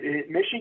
Michigan